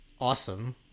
awesome